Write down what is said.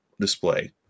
display